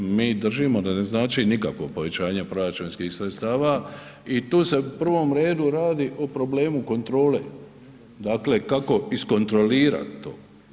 Mi držimo da ne znači nikakvo povećanje proračunskih sredstava i tu se u prvom redu radi o problemu kontrole, dakle kako iskontrolirati to.